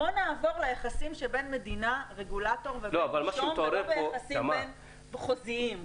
בוא נעבור ליחסים שבין מדינה-רגולטור ובין נישום ולא ביחסים חוזיים.